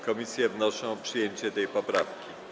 Komisje wnoszą o przyjęcie tej poprawki.